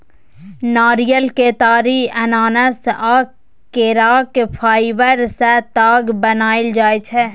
नारियर, केतारी, अनानास आ केराक फाइबर सँ ताग बनाएल जाइ छै